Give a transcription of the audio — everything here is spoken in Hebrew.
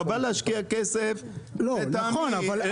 לטעמי, חבל להשקיע כסף לא בתשתיות.